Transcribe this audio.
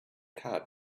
card